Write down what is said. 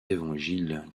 évangiles